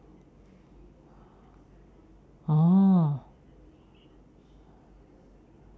orh